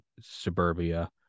suburbia